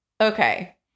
okay